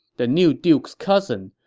the new duke's cousin,